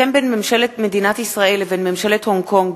הסכם בין ממשלת מדינת ישראל לבין ממשלת הונג-קונג